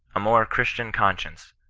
a more christian conscience,